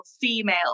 female